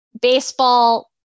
baseball